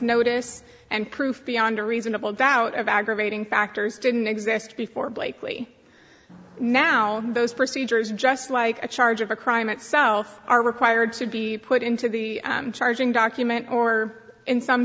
notice and proof beyond a reasonable doubt of aggravating factors didn't exist before blakeley now those procedures just like a charge of a crime itself are required to be put into the charging document or in some